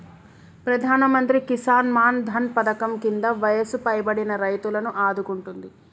ప్రధానమంత్రి కిసాన్ మాన్ ధన్ పధకం కింద వయసు పైబడిన రైతులను ఆదుకుంటుంది